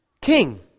king